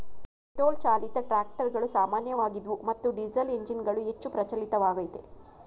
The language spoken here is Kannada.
ಪೆಟ್ರೋಲ್ ಚಾಲಿತ ಟ್ರಾಕ್ಟರುಗಳು ಸಾಮಾನ್ಯವಾಗಿದ್ವು ಮತ್ತು ಡೀಸೆಲ್ಎಂಜಿನ್ಗಳು ಹೆಚ್ಚು ಪ್ರಚಲಿತವಾಗಯ್ತೆ